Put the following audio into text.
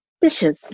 dishes